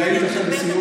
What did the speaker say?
אני הייתי עכשיו בסיור.